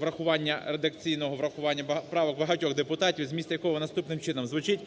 врахування, редакційного врахування правок багатьох депутатів, зміст якого наступним чином звучить: